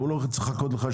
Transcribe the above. הוא לא צריך לחכות לך,